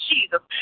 Jesus